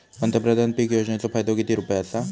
पंतप्रधान पीक योजनेचो फायदो किती रुपये आसा?